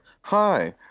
Hi